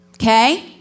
Okay